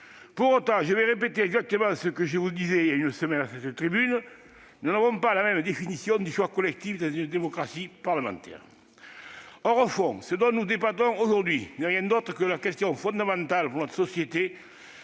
Pour autant, je vais vous répéter exactement ce que je vous disais il y a une semaine à cette tribune : nous n'avons pas la même définition du choix collectif dans une démocratie parlementaire. Or, au fond, ce dont nous débattons aujourd'hui n'est rien d'autre que la question fondamentale pour notre société